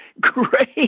Great